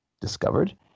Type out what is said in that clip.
discovered